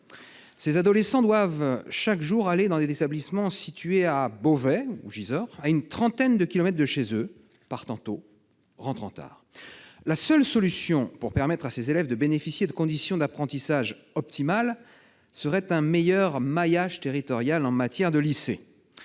Ces adolescents doivent chaque jour se rendre dans des établissements situés à Beauvais où à Gisors, à une trentaine de kilomètres de chez eux ; ils partent tôt et rentrent tard. La seule solution pour permettre à ces élèves de bénéficier de conditions d'apprentissage optimales serait un meilleur maillage territorial en matière de lycées.